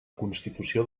constitució